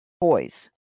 boys